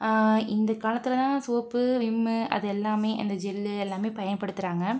இந்த காலத்தில் தான் சோப்பு விம்மு அது எல்லாமே அந்த ஜெல்லு எல்லாமே பயன்படுத்துகிறாங்க